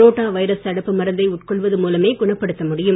ரோட்டா virus தடுப்பு மருந்தை உட்கொள்வது மூலமே குணப்படுத்த முடியும்